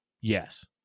yes